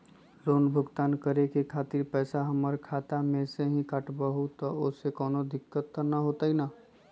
Loan भुगतान करे के खातिर पैसा हमर खाता में से ही काटबहु त ओसे कौनो दिक्कत त न होई न?